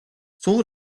სულ